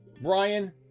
Brian